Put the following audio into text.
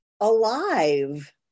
alive